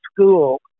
school